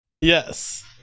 yes